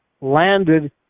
landed